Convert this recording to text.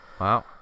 wow